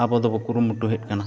ᱟᱵᱚ ᱫᱚᱵᱚᱱ ᱠᱩᱨᱩᱢᱩᱴᱩᱭᱮᱫ ᱠᱟᱱᱟ